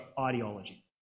ideology